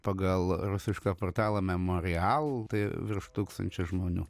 pagal rusišką portalą memorial tai virš tūkstančio žmonių